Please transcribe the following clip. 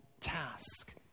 task